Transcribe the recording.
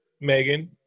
Megan